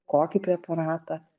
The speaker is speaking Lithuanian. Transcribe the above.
kokį preparatą